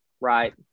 right